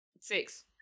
Six